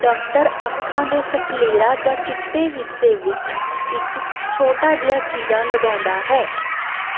doctor ਅੱਖਾਂ ਦੇ sclera ਜਾਂ ਚਿੱਟੇ ਹਿੱਸੇ ਵਿੱਚ ਇੱਕ ਛੋਟਾ ਜਿਹਾ ਚੀਰਾ ਲਗਾਉਂਦਾ ਹੈ